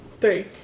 three